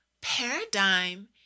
paradigm